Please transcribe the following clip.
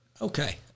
Okay